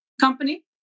company